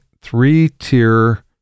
three-tier